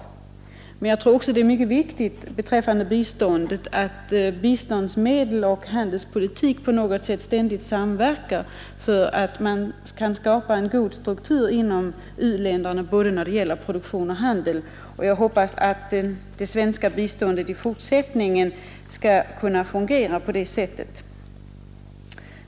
Det är emellertid också mycket viktigt att biståndsgivning och handelspolitik ständigt samverkar för att strukturutvecklingen inom både produktionen och handeln i u-länderna skall kunna gå i rätt riktning. Jag hoppas att det svenska biståndet i fortsättningen skall kunna fungera på det sättet.